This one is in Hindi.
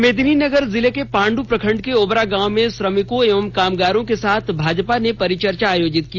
मेदिनीनगर जिले के पांडू प्रखंड के ओबरा गांव में श्रमिकों एवं कामगारों के साथ भाजपा ने परिचर्चा आयोजित की